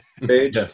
page